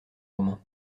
roman